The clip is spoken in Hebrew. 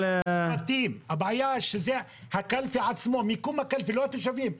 הבעיה היא מיקום הקלפי, לא התושבים.